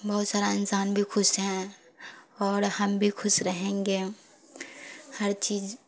بہت سارا انسان بھی خوش ہیں اور ہم بھی خوش رہیں گے ہر چیز